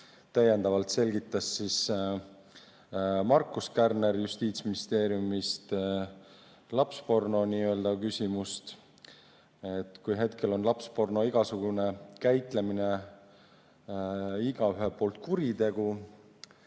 Täiendavalt selgitas Markus Kärner Justiitsministeeriumist lapsporno küsimust. Kui hetkel on lapsporno igasugune käitlemine igaühe poolt kuritegu,